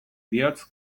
bihotz